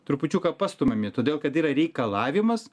trupučiuką pastumami todėl kad yra reikalavimas